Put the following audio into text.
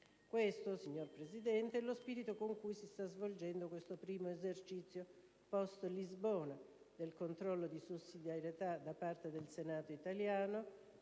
Questo, signora Presidente, è lo spirito con cui si sta svolgendo questo primo esercizio post-Lisbona del controllo di sussidiarietà da parte del Senato italiano,